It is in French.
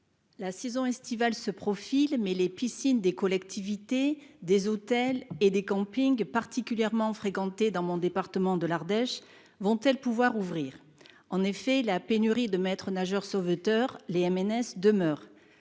la saison estivale se profile, mais les piscines des collectivités, des hôtels et des campings, particulièrement fréquentées dans mon département de l'Ardèche, vont-elles pouvoir ouvrir ? En effet, la pénurie de maîtres-nageurs sauveteurs (MNS) demeure.